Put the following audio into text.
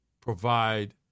provide